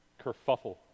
kerfuffle